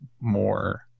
more